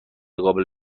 قابل